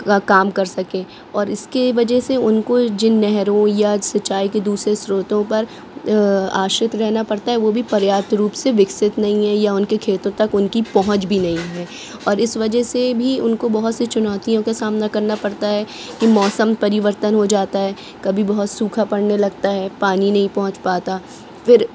काम कर सकें और इसके वजह से उनको जिन नहरों या सिंचाई के दूसरे स्रोतों पर आश्रित रहना पड़ता है वो भी पर्याप्त रूप से विकसित नहीं है या उनके खेतों तक उनकी पहुँच भी नहीं है और इस वजह से भी उनको बहुत सी चुनौतियों का सामना करना पड़ता है कि मौसम परिवर्तन हो जाता है कभी बहुत सूखा पड़ने लगता है पानी नहीं पहुँच पाता फ़िर